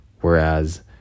whereas